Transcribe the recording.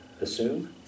assume